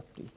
Timor.